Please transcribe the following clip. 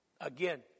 again